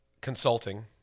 consulting